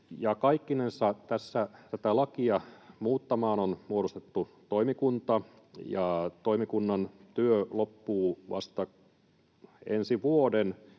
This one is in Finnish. Kaikkinensa tätä lakia muuttamaan on muodostettu toimikunta, ja toimikunnan työ loppuu vasta ensi vuoden